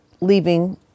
leaving